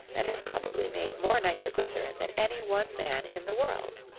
and has probably made more nitroglycerin than any one man in the world.